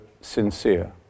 sincere